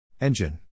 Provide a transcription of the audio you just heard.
Engine